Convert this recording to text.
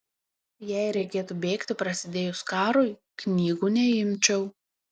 jei reikėtų bėgti prasidėjus karui knygų neimčiau